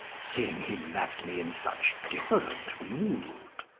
seeing he left me in such different mood.